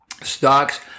Stocks